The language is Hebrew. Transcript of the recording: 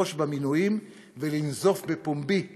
לבחוש במינויים ולנזוף בפומבי בכתבים?